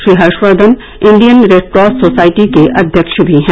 Shri Harshvardhan Indian Red Cross Society के अध्यक्ष भी हैं